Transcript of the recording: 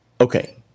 Okay